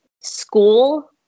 school